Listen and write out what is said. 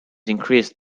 increased